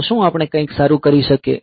તો શું આપણે કંઈક સારું કરી શકીએ